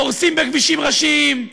דורסים בכבישים ראשיים,